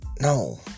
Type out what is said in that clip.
No